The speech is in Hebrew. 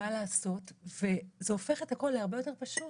מה לעשות וזה הופך את הכל להרבה יותר פשוט.